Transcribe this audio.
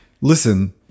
Listen